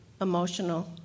emotional